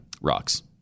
Rocks